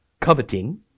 coveting